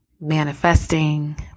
manifesting